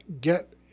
get